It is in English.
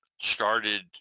started